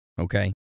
Okay